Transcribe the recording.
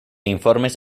informes